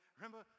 Remember